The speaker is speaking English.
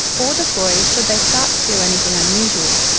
or deploy should they start to feel anything unusual.